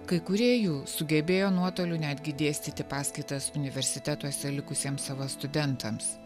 kai kurie jų sugebėjo nuotoliu netgi dėstyti paskaitas universitetuose likusiems savo studentams